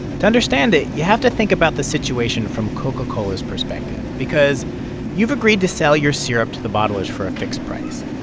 to understand it, you have to think about the situation from coca-cola's perspective because you've agreed to sell your syrup to the bottlers for a fixed price.